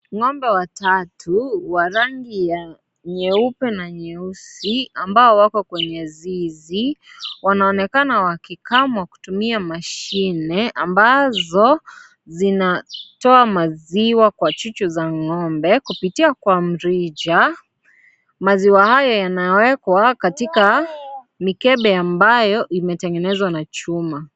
Ng'ombe watatu wa rangi ya nyeupe na nyeusi, ambao wako kwenye zizi, wanaonekana wakikamwa kutumia mashine, ambazo zinatoa maziwa kwa chuchu za ng'ombe kupitia kwa mrija. Maziwa hayo yanawekwa katika mikebe ambayo imetengenezwa na chuma.